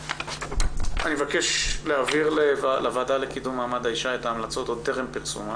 אני מבקש להעביר לוועדה לקידום מעמד האישה את ההמלצות עוד טרם פרסומן.